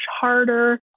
harder